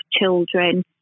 children